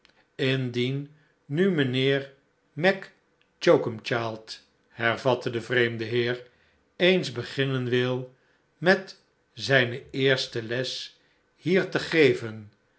indien nu mijnheer mac choakumchild hervatte de vreemde heer eens beginnen wil met zijne eerste les hier te geven